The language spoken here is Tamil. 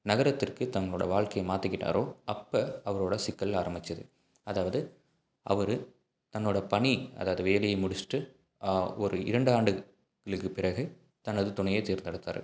நகரத்திற்கு தங்களோட வாழ்க்கைய மாற்றிக்கிட்டாரோ அப்ப அவரோட சிக்கல் ஆரம்பிச்சிது அதாவது அவர் தன்னோட பணி அதாவது வேலையை முடிச்சிவிட்டு ஒரு இரண்டு ஆண்டுகளுக்கு பிறகு தனது துணையை தேர்ந்தெடுத்தார்